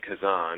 Kazan